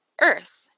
earth